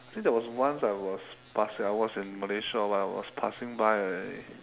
I think there was once I was past year I was in malaysia or what ah I was passing by a